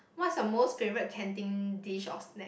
what's your most favorite canteen dish or snack